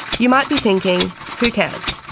you might be thinking, who cares?